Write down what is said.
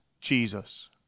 Jesus